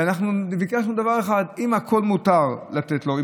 ואנחנו ביקשנו דבר אחד: אם מותר לתת לו הכול,